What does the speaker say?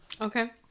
Okay